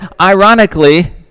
ironically—